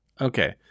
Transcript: Okay